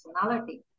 personality